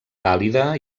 càlida